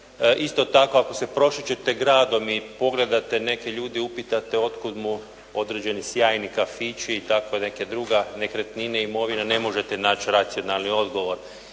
Isto tako ako se prošećete gradom i pogledate neke ljude i upitate od kuda mu određeni sjajni kafići i tako neka druga nekretnina i imovina, ne možete naći racionalni odgovor.